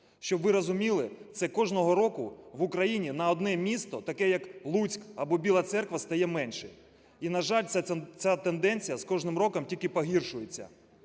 Щоб ви розуміли, це кожного року в Україні на одне місто, таке як Луцьк або Біла Церква, стає менше. І, на жаль, ця тенденція з кожним роком тільки погіршується.